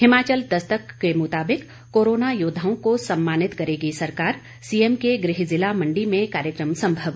हिमाचल दस्तक के मुताबिक कोरोना योद्वाओं को सम्मानित करेगी सरकार सीएम के गृह जिला मंडी में कार्यक्रम संभव